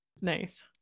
nice